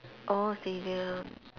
orh stadium